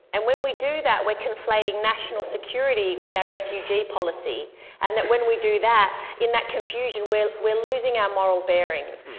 and when we do that we're conflating national security with our refugee policy and that when we do that, in that confusion, we're losing our moral bearings,